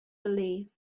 believed